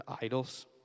idols